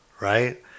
right